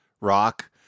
rock